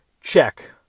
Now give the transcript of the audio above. Check